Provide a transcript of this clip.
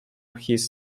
his